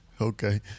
Okay